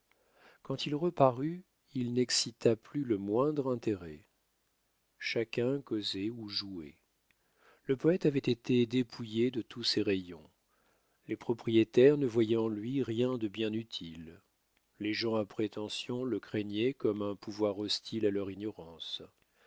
quand il reparut il n'excita plus le moindre intérêt chacun causait ou jouait le poète avait été dépouillé de tous ses rayons les propriétaires ne voyaient en lui rien de bien utile les gens à prétentions le craignaient comme un pouvoir hostile à leur ignorance